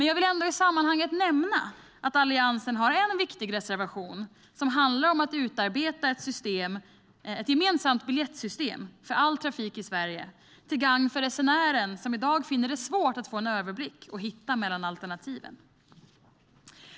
Jag vill ändå i sammanhanget nämna att Alliansen har en viktig reservation som handlar om att utarbeta ett gemensamt biljettsystem för all trafik i Sverige till gagn för resenären, som i dag finner det svårt att få överblick och hitta mellan alternativen.